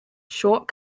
short